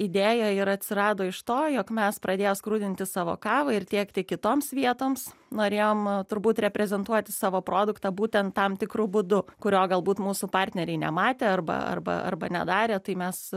idėja ir atsirado iš to jog mes pradėję skrudinti savo kavą ir tiekti kitoms vietoms norėjom turbūt reprezentuoti savo produktą būtent tam tikru būdu kurio galbūt mūsų partneriai nematė arba arba arba nedarė tai mes